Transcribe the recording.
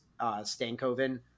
Stankoven